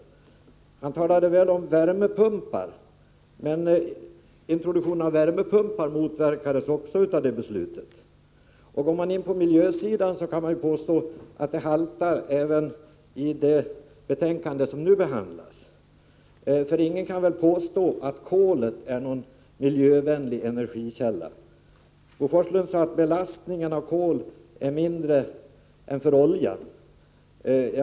Vidare talade Bo Forslund väl om värmepumpar, men även introduktionen av dem motverkades av det här beslutet. Argumenten i samband med miljöfrågorna haltar även i det betänkande som nu behandlas. Ingen kan väl påstå att kolet är någon miljövänlig energikälla. Bo Forslund sade att belastningen på miljön är mindre vid kolanvändning än när man använder olja.